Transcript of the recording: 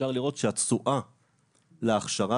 אפשר לראות שהתשואה להכשרה,